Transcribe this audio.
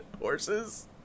horses